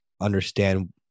understand